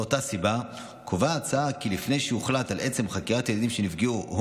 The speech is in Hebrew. מאותה סיבה קובעת ההצעה כי לפני שיוחלט על עצם חקירת ילדים שנפגעו או